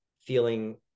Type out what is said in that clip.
feeling